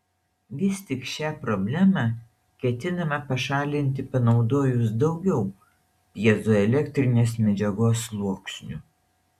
vis tik šią problemą ketinama pašalinti panaudojus daugiau pjezoelektrinės medžiagos sluoksnių